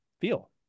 feel